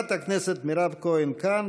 חברת הכנסת מירב כהן, כאן.